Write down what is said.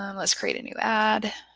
um let's create a new ad.